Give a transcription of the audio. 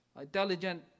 intelligent